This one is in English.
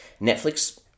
Netflix